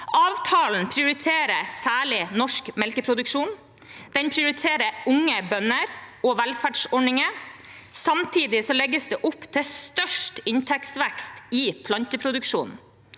Avtalen prioriterer særlig norsk melkeproduksjon, og den prioriterer unge bønder og velferdsordninger. Samtidig legges det opp til størst inntektsvekst i planteproduksjon.